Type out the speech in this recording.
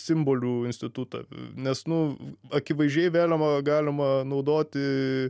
simbolių institutą nes nu akivaizdžiai vėliavą galima naudoti